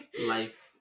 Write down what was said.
life